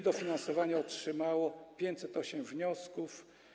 Dofinansowanie otrzymało 508 wniosków.